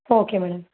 okay madam